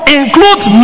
includes